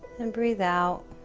and breathe out